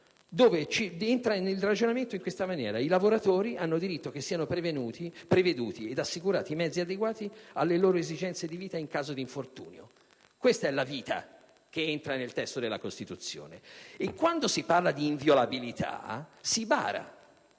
comma dell'articolo 38, in cui si dice: «I lavoratori hanno diritto che siano preveduti ed assicurati mezzi adeguati alle loro esigenze di vita in caso di infortunio...». Questa è la vita che entra nel testo della Costituzione. Quando poi si parla di inviolabilità, si bara,